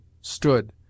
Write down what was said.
stood